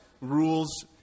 rules